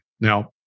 Now